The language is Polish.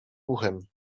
uchem